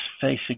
facing